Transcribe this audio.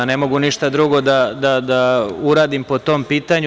Ne mogu ništa drugo da uradim po tom pitanju.